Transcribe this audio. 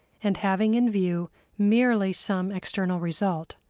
and having in view merely some external result.